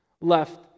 left